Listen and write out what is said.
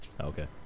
Okay